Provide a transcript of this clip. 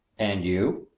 and you?